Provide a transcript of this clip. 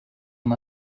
amb